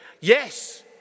Yes